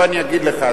בוא אני אגיד לך.